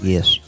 Yes